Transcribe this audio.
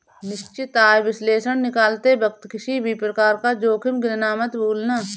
निश्चित आय विश्लेषण निकालते वक्त किसी भी प्रकार का जोखिम गिनना मत भूलना